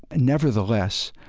and nevertheless,